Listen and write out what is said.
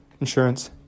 insurance